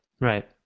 Right